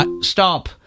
stop